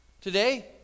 today